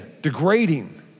degrading